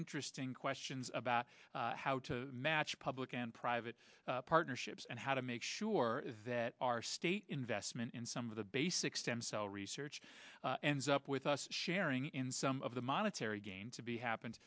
interesting questions about how to match public and private partnerships and how to make sure that our state investment in some of the basic stem cell research ends up with us sharing in some of the monetary gain to be happen